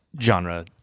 genre